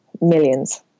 Millions